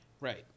Right